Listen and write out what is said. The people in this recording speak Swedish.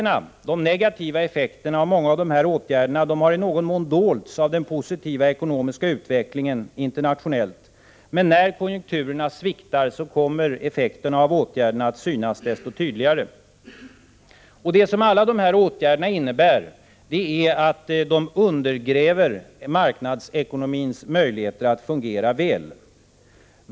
De negativa effekterna av många av de här åtgärderna har i någon mån dolts av den positiva ekonomiska utvecklingen internationellt. Men när konjunkturna sviktar kommer effekterna av åtgärderna att synas desto tydligare. Det som alla dessa åtgärder innebär är att de undergräver marknadsekonomins möjligheter att fungera väl.